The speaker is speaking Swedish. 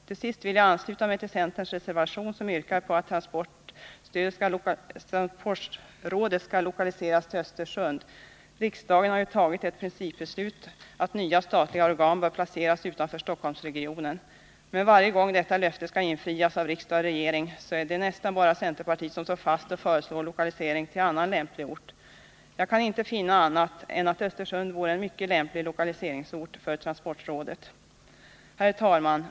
Till sist vill jag ansluta mig till centerns reservation, där det yrkas på att transportrådet skall lokaliseras till Östersund. Riksdagen har ju fattat ett principbeslut att nya statliga organ bör placeras utanför Stockholmsregionen. Men varje gång detta löfte skall infrias av riksdag och regering är det nästan bara centerpartiet som står fast och föreslår lokalisering till annan lämplig ort. Jag kan inte finna annat än att Östersund vore en mycket lämplig lokaliseringsort för transportrådet. Herr talman!